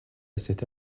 cette